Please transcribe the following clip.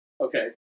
Okay